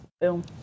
Boom